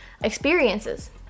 experiences